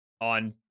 on